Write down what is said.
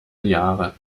jahre